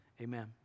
Amen